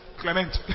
clement